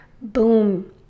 boom